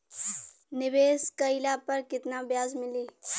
निवेश काइला पर कितना ब्याज मिली?